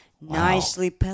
Nicely